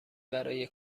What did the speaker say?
برای